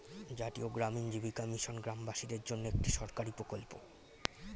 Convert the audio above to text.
জাতীয় গ্রামীণ জীবিকা মিশন গ্রামবাসীদের জন্যে একটি সরকারি প্রকল্প